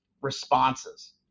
responses